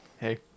Hey